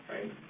Right